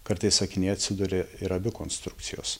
kartais sakinyje atsiduria ir abi konstrukcijos